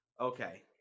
okay